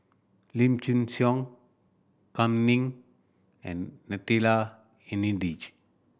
Lim Chin Siong Kam Ning and Natalie Hennedige